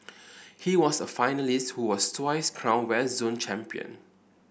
he was a finalist who was twice crowned West Zone Champion